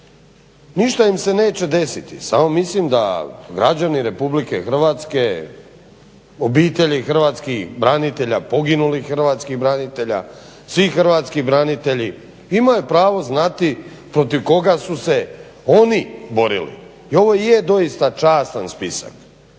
ništa im se neće desiti. Samo mislim da građani RH, obitelji hrvatskih branitelja, poginulih hrvatskih branitelja, svi hrvatski branitelji imaju pravo znati protiv koga su se oni borili. I ovo je doista častan spisak,